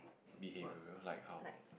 behavioural like how